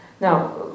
Now